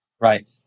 Right